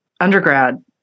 undergrad